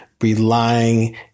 relying